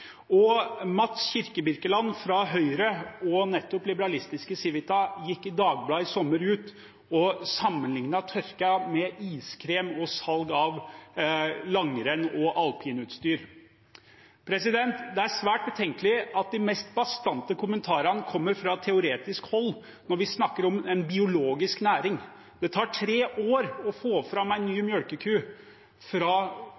og Mats Kirkebirkeland fra Høyre og nettopp liberalistiske Civita gikk i Dagbladet i sommer ut og sammenlignet tørken med iskremsalg og salg av langrenns- og alpinutstyr. Det er svært betenkelig at de mest bastante kommentarene kommer fra teoretisk hold når vi snakker om en biologisk næring. Det tar tre år å få fram en ny melkeku, fra